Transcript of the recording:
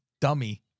dummy